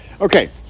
Okay